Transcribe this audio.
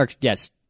Yes